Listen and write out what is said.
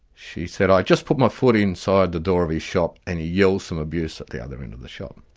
she said i just put my foot inside the door of the shop and he yells some abuse at the other end of the shop.